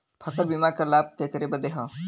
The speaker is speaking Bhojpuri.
फसल बीमा क लाभ केकरे बदे ह?